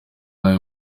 nabi